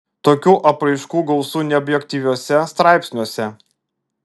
tokių apraiškų gausu neobjektyviuose straipsniuose